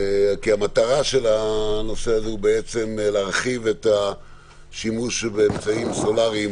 כי המטרה של הנושא הזה היא בעצם להרחיב את השימוש באמצעים סולאריים